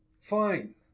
Fine